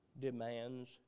demands